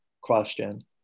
question